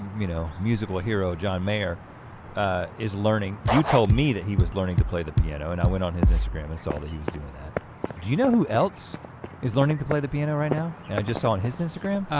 you know, musical hero john mayer ah is learning, you told me that he was learning to play the piano and i went on his instagram and saw that he was doing that. do you know who else is learning to play the piano right now and i just saw on his instagram?